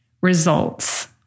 results